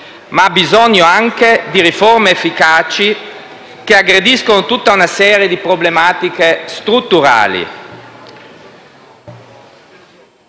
anche bisogno di riforme efficaci che aggrediscano tutta una serie di problematiche strutturali.